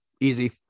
Easy